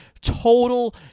total